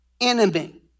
enemy